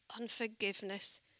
unforgiveness